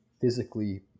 physically